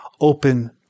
open